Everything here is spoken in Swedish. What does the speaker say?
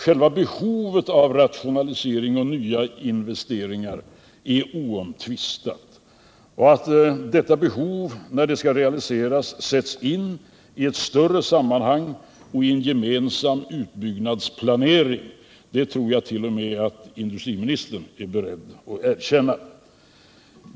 Själva behovet av rationalisering och nya investeringar är oomtvistat. Att detta behov, när det skall mötas med åtgärder, måste sättas in i ett större sammanhang och i en gemensam utbyggnadsplanering tror jag att t.o.m. industriministern är beredd att erkänna.